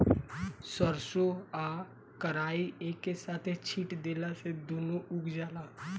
सरसों आ कराई एके साथे छींट देला से दूनो उग जाला